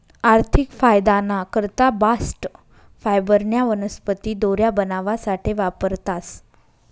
आर्थिक फायदाना करता बास्ट फायबरन्या वनस्पती दोऱ्या बनावासाठे वापरतास